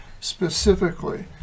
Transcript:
specifically